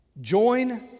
Join